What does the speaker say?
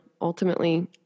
ultimately